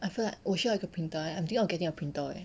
I feel like 我需要一个 printer eh I'm thinking of getting a printer eh